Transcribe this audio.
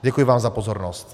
Děkuji vám za pozornost.